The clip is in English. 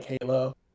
Halo